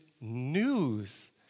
news